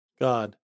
God